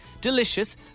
Delicious